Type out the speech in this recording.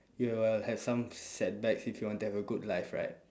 you will have some setbacks if you want to have a good life right